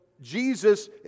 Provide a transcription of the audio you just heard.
Jesus